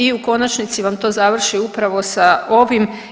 I u konačnici vam to završi upravo sa ovim.